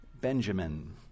Benjamin